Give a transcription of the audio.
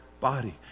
body